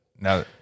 Now